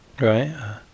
Right